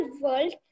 world